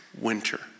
winter